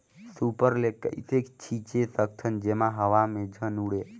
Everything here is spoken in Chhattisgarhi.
सुपर ल कइसे छीचे सकथन जेमा हवा मे झन उड़े?